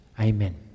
Amen